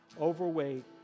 overweight